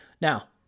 Now